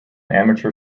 amateur